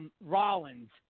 Rollins